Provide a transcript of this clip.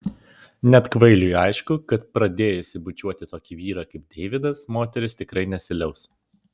net kvailiui aišku kad pradėjusi bučiuoti tokį vyrą kaip deividas moteris tikrai nesiliaus